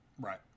Right